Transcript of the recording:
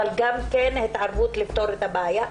אבל גם התערבות לפתרון הבעיה.